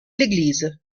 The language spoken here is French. l’église